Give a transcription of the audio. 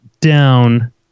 down